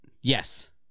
Yes